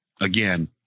again